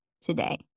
today